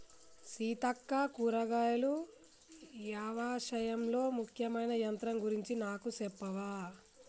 సీతక్క కూరగాయలు యవశాయంలో ముఖ్యమైన యంత్రం గురించి నాకు సెప్పవా